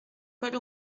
paul